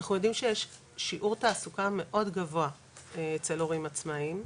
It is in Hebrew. אנחנו יודעים שיש שיעור תעסוקה מאוד גבוה אצל הורים עצמאיים,